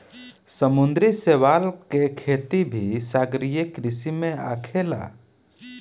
समुंद्री शैवाल के खेती भी सागरीय कृषि में आखेला